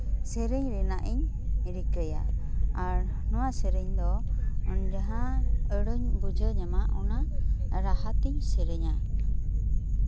ᱥᱮᱨᱮᱧ ᱨᱮᱱᱟᱜ ᱤᱧ ᱨᱤᱠᱟᱹᱭᱟ ᱟᱨ ᱱᱚᱣᱟ ᱥᱮᱨᱮᱧ ᱫᱚ ᱡᱟᱦᱟᱸ ᱟᱹᱲᱟᱹᱧ ᱵᱩᱡᱷᱟᱹᱣ ᱧᱟᱢᱟ ᱚᱱᱟ ᱨᱟᱦᱟᱛᱤᱧ ᱥᱮᱨᱮᱧᱟ